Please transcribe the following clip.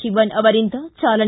ಶಿವನ್ ಅವರಿಂದ ಚಾಲನೆ